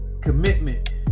Commitment